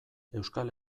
euskal